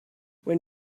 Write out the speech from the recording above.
when